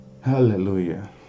Hallelujah